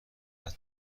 کنه